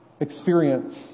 experience